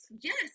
Yes